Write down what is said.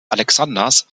alexanders